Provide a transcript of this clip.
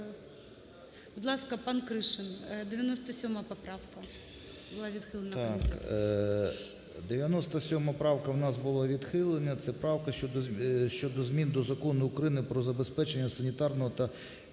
Будь ласка, пан Кришин 97 поправка, була відхилена